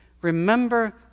Remember